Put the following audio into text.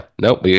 nope